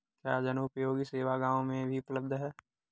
क्या जनोपयोगी सेवा गाँव में भी उपलब्ध है?